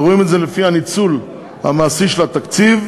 ורואים את זה לפי הניצול המעשי של התקציב,